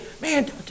man